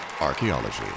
Archaeology